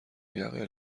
یقه